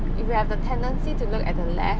if you have the tendency to look at the left